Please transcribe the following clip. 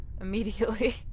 immediately